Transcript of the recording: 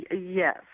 Yes